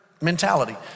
mentality